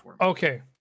Okay